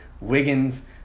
Wiggins